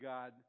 God